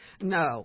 No